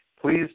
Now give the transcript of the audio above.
please